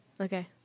Okay